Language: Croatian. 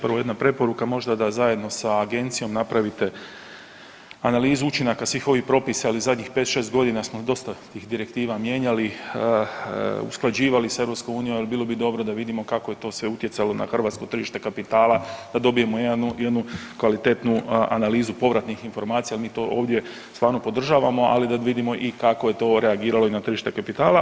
Prvo jedna preporuka, možda da zajedno sa Agencijom napravite analizu učinaka svih ovih propisa jer zadnjih 5, 6 godina smo dosta tih direktiva mijenjali, usklađivali sa EU, bilo bi dobro da vidimo kako to sve utjecalo na hrvatsko tržište kapitala da dobijemo jednu kvalitetnu analizu povratnih informacija jer mi to ovdje stvarno podržavamo, ali da vidimo i kako je to reagiralo na tržište kapitala.